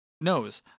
knows